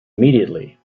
immediately